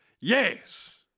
Yes